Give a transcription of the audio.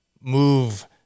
move